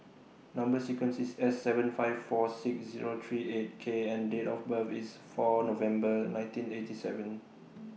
Number sequence IS S seven five four six Zero three eight K and Date of birth IS four November nineteen eighty seven